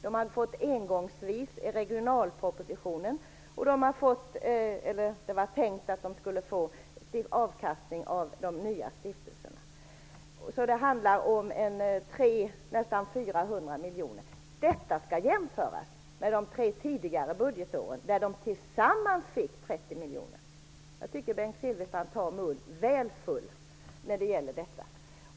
De har fått ett engångsbelopp genom regionalpropositionen, och det var tänkt att de skulle få avkastning av de nya stiftelserna. Det handlar alltså om nästan 400 Detta skall jämföras med de tre tidigare budgetåren när högskolorna tillsammans fick 30 miljoner. Bengt Silfverstrand tar munnen väl full när det gäller detta.